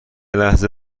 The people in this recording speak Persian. لحظه